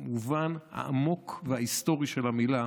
במובן העמוק וההיסטורי של המילה,